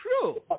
true